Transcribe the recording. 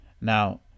Now